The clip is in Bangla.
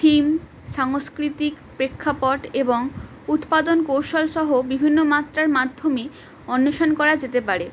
থিম সাংস্কৃতিক প্রেক্ষাপট এবং উৎপাদন কৌশলসহ বিভিন্ন মাত্রার মাধ্যমে অন্বেষণ করা যেতে পারে